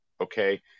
Okay